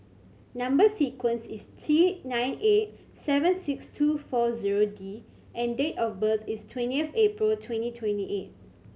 number sequence is T nine eight seven six two four zero D and date of birth is twenty of April twenty twenty eight